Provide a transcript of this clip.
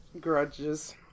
grudges